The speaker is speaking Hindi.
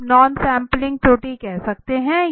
आप नॉन सैंपलिंग त्रुटि कह सकते हैं